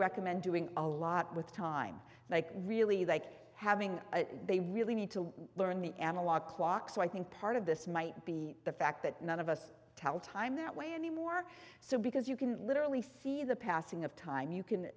recommend doing a lot with time they really like having they really need to learn the analog clock so i think part of this might be the fact that none of us tell time that way anymore so because you can literally see the passing of time you can